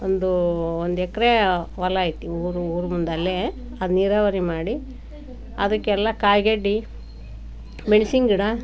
ಒಂದು ಒಂದು ಎಕ್ರೆ ಹೊಲ ಐತಿ ಊರು ಊರು ಮುಂದೆ ಅಲ್ಲೇ ಅದು ನೀರಾವರಿ ಮಾಡಿ ಅದಕ್ಕೆಲ್ಲ ಕಾಯ್ಗೆಡ್ಡೆ ಮೆಣಸಿನ ಗಿಡ